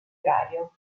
orario